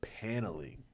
paneling